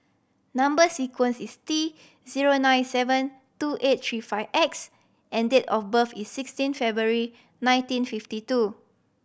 number sequence is T zero nine seven two eight three five X and date of birth is sixteen February nineteen fifty two